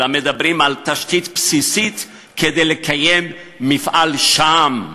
אלא מדברים על תשתית בסיסית כדי לקיים מפעל שם,